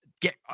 Get